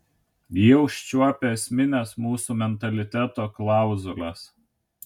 ji užčiuopia esmines mūsų mentaliteto klauzules